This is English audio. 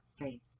faith